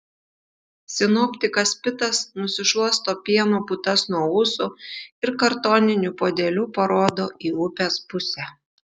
sinoptikas pitas nusišluosto pieno putas nuo ūsų ir kartoniniu puodeliu parodo į upės pusę